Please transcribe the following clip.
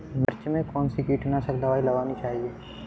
मिर्च में कौन सी कीटनाशक दबाई लगानी चाहिए?